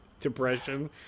depression